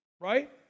right